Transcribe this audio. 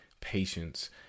patience